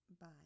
Bye